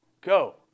go